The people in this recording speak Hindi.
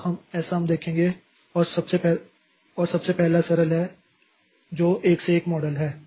तो ऐसा हम देखेंगे और सबसे पहला सबसे सरल है जो एक से एक मॉडल है